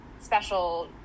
special